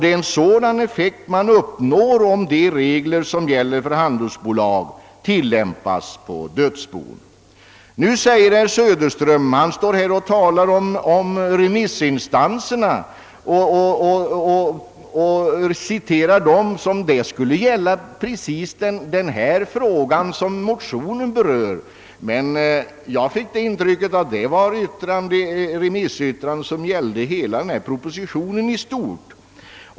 Det är en sådan effekt man uppnår, om de regler som gäller för handelsbolag tillämpas på dödsbon. Herr Söderström talade om remissinstanserna och citerade dem som om deras uttalanden skulle gälla precis den fråga som motionen berör, trots att remissyttrandena avser propositionen i stort.